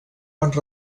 bons